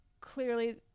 Clearly